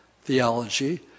theology